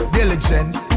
diligence